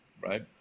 right